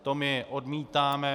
To my odmítáme.